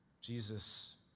Jesus